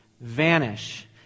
vanish